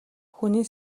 хүний